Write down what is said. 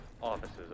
offices